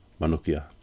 Manukia